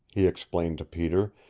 he explained to peter,